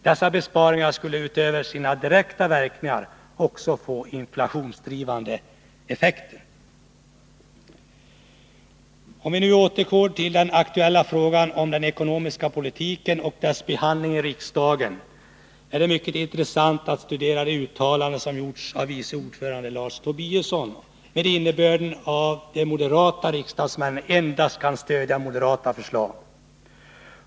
Dessa besparingar skulle, utöver sina direkta verkningar, också få inflationsdrivande effekter. Om vi nu återgår till den aktuella frågan om den ekonomiska politiken och dess behandling i riksdagen, finner vi att det är mycket intressant att studera de uttalanden som har gjorts av vice ordföranden Lars Tobisson med innebörden att de moderata riksdagsmännen endast kan stödja moderata förslag.